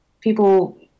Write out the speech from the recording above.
people